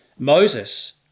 Moses